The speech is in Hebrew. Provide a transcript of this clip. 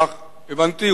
כך הבנתי,